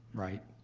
right?